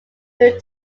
through